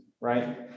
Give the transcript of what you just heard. right